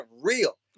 real